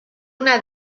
una